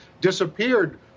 disappeared